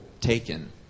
taken